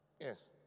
Yes